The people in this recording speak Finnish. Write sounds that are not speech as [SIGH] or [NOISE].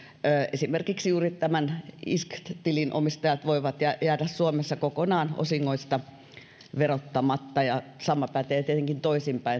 esimerkiksi juuri tämän isk tilin omistajat voivat jäädä jäädä suomessa kokonaan osingoista verottamatta ja sama pätee tietenkin toisin päin [UNINTELLIGIBLE]